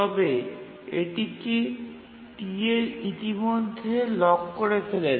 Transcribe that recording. তবে এটিকে TL ইতিমধ্যে লক করে ফেলেছে